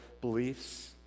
beliefs